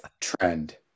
trend